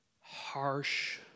harsh